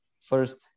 first